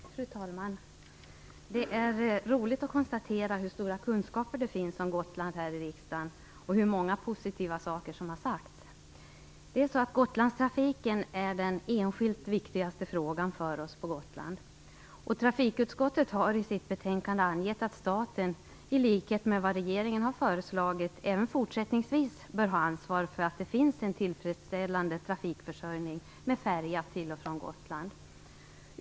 Fru talman! Det är roligt att kunna konstatera att det finns så stora kunskaper här i riksdagen och att det sagts så många positiva saker om Gotland. Gotlandstrafiken är den enskilt viktigaste frågan för oss på Gotland. Trafikutskottet har i sitt betänkande angett att staten, i likhet med vad regeringen föreslagit, även fortsättningsvis bör ha ansvar för att det finns en tillfredsställande trafikförsörjning med färja till och från Gotland.